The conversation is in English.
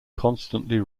constantly